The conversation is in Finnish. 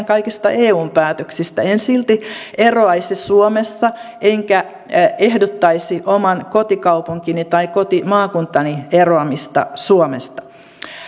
kaikista eun päätöksistä en silti eroaisi suomesta enkä ehdottaisi oman kotikaupunkini tai kotimaakuntani eroamista suomesta